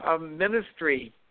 ministry